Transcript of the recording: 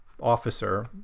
officer